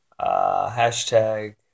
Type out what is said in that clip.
Hashtag